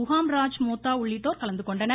உகாம்ராஜ் மோத்தா உள்ளிட்டோர் கலந்துகொண்டனர்